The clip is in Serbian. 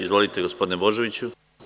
Izvolite, gospodine Božoviću.